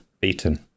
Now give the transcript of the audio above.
beaten